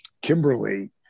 Kimberly